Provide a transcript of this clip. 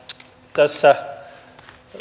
tässä